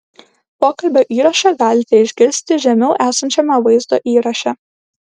pokalbio įrašą galite išgirsti žemiau esančiame vaizdo įraše